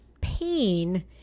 pain